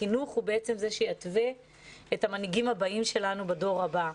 החינוך הוא זה שיתווה את המנהיגים הבאים שלנו בדור הבא.